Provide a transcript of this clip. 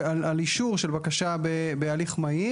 אישור של בקשה בהליך מהיר.